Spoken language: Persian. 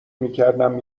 میکردم